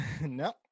no